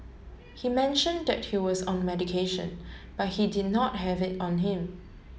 he mentioned he was on medication but he did not have it on him